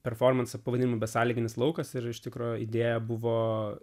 performansą pavadinimu besąlyginis laukas ir iš tikro idėja buvo